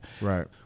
right